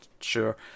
sure